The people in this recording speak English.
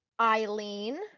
Eileen